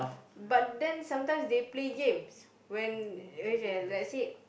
but then sometimes they play games when okay let's say